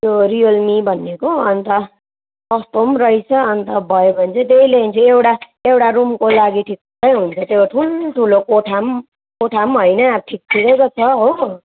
त्यो रियलमी भन्नेको अन्त सस्तो पनि रहछ अन्त भयो भने चाहिँ त्यही ल्याइदिन्छु एउटा एउटा रुमको लागि ठिक्कै हुने त्यो ठुल्ठुलो कोठा पनि कोठा पनि होइन ठिकठिकैको छ हो